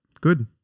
good